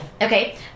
Okay